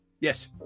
yes